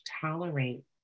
tolerate